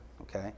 okay